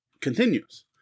continues